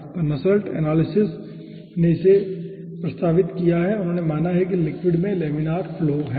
तो नसेल्ट ने इसे प्रस्तावित किया है जिसमें उन्होंने माना है कि लिक्विड में लेमिनार फ्लो है